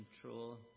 control